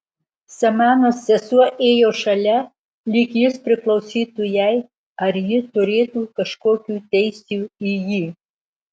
samanos sesuo ėjo šalia lyg jis priklausytų jai ar ji turėtų kažkokių teisių į jį